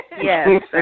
Yes